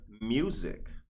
music